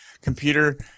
computer